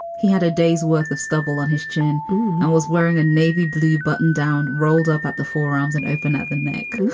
he had a day's worth of stubble on his chin and was wearing a navy blue button down, rolled up at the forearms and opened at the neck,